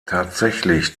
tatsächlich